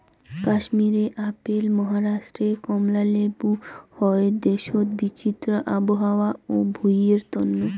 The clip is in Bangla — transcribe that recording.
কাশ্মীরে আপেল, মহারাষ্ট্রে কমলা লেবু হই দ্যাশোত বিচিত্র আবহাওয়া ও ভুঁইয়ের তন্ন